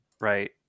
Right